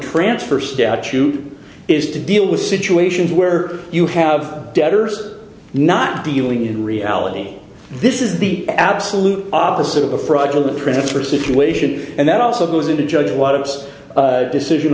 transfer statute is to deal with situations where you have debtors not dealing in reality this is the absolute opposite of a fraudulent printer situation and that also goes into judge one of us decision